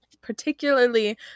particularly